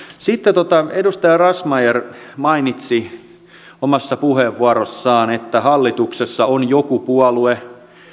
sitten edustaja razmyar mainitsi omassa puheenvuorossaan että hallituksessa on joku puolue